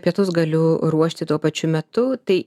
pietus galiu ruošti tuo pačiu metu tai